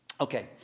Okay